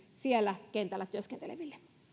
siellä kentällä työskenteleville